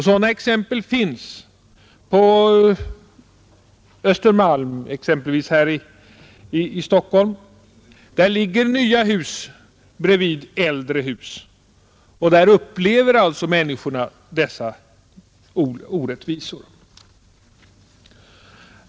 Sådana exempel finns på Östermalm här i Stockholm. Där ligger nya hus bredvid äldre hus, och där upplever alltså människorna dessa orättvisor.